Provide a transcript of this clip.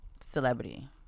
celebrity